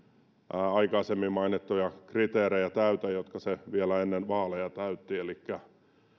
aikaisemmin mainittuja kriteerejä täytä jotka se vielä ennen vaaleja täytti elikkä